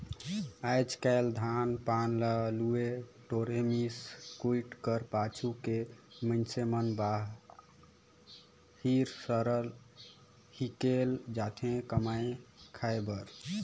आएज काएल धान पान ल लुए टोरे, मिस कुइट कर पाछू के मइनसे मन बाहिर सहर हिकेल जाथे कमाए खाए बर